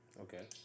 Okay